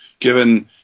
given